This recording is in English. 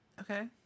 Okay